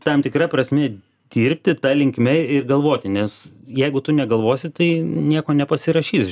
tam tikra prasme dirbti ta linkme ir galvoti nes jeigu tu negalvosi tai nieko nepasirašys